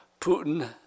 Putin